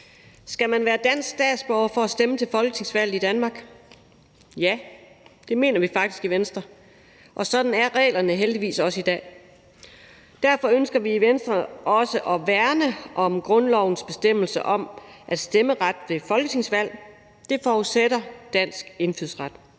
Skal man være dansk statsborger for at stemme til folketingsvalget i Danmark? Ja, det mener vi faktisk i Venstre, og sådan er reglerne heldigvis også i dag. Derfor ønsker vi i Venstre også at værne om grundlovens bestemmelse om, at stemmeret ved folketingsvalg forudsætter dansk indfødsret.